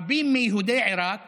רבים מיהודי עיראק